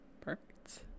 perfect